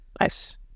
Nice